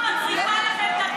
מה קרה כאן בעצם,